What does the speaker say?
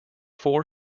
four